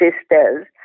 sisters